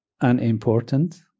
unimportant